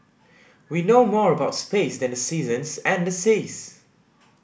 we know more about space than the seasons and the seas